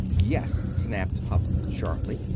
yes, snapped hupp shortly.